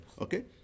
Okay